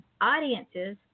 audiences